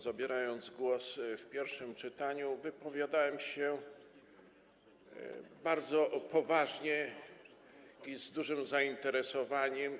Zabierając głos w pierwszym czytaniu, wypowiadałem się bardzo uważnie i z dużym zainteresowaniem.